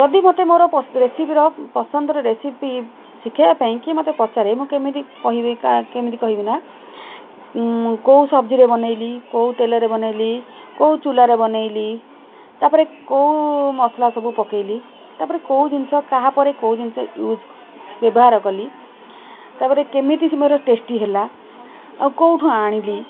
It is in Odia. ଯଦି ମୋତେ ମୋର ରେସିପିର ପସନ୍ଦର ରେସିପି ଶିଖେଇବା ପାଇଁ କି ମୋତେ ପଚାରେ ମୁଁ କେମିତି କହିବି କେମିତି କହିବି ନା କୋଉ ସବ୍ଜିରେ ବନେଇଲି କୋଉ ତେଲରେ ବନେଇଲି କୋଉ ଚୁଲ୍ହାରେ ବନେଇଲି ତା'ପରେ କୋଉ ମସଲା ସବୁ ପକେଇଲି ତା'ପରେ କୋଉ ଜିନିଷ କାହା ପରେ କୋଉ ଜିନିଷ ୟୁଜ୍ ବ୍ୟବହାର କଲି ତା'ପରେ କେମିତି ସମୟରେ ଟେଷ୍ଟି ହେଲା ଆଉ କୋଉଠୁ ଆଣିଲି